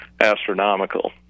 astronomical